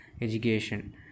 education